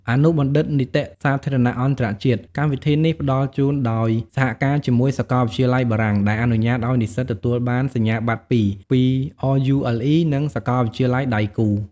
អនុបណ្ឌិតនីតិសាធារណៈអន្តរជាតិ កម្មវិធីនេះផ្តល់ជូនដោយសហការជាមួយសាកលវិទ្យាល័យបារាំង ដែលអនុញ្ញាតឱ្យនិស្សិតទទួលបានសញ្ញាបត្រពីរ ពីRULE និងសាកលវិទ្យាល័យដៃគូ។